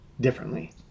differently